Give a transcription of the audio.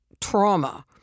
trauma